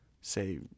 say